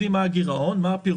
יודעים מה הגירעון, מה הפירעונות